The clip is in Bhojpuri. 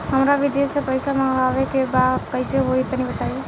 हमरा विदेश से पईसा मंगावे के बा कइसे होई तनि बताई?